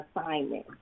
assignment